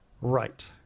Right